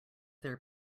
their